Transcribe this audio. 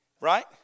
Right